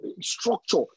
structure